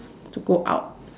to go out